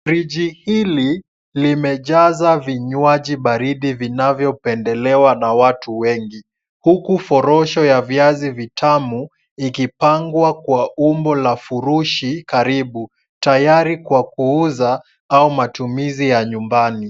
Friji hili limejaza vinywaji vilivyopendelewa na watu wengi, huku forosho ya viazi vitamu ikipangwa kwa umbo la furushi karibu , tayari kwa kuuza au matumizi ya nyumbani.